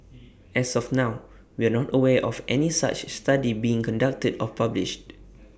as of now we are not aware of any such study being conducted or published